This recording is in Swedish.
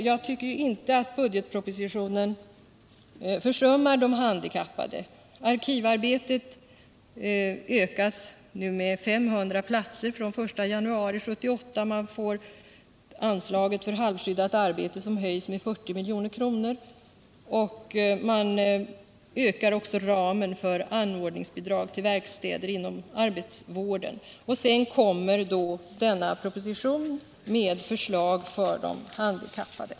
Jag tycker inte att budgetpropositionen försummar de handikappade. Arkivarbetet ökas nu med 500 platser från 1 januari 1978, anslaget för halvskyddat arbete höjs med 40 milj.kr., man ökar ramen för anordningsbidrag för verkstäder inom arbetsvården, och sedan kommer propositioner med förslag för de handikappade.